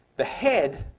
the head